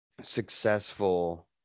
successful